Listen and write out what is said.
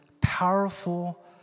powerful